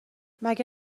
مگه